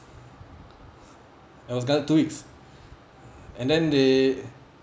I was granted two weeks and then they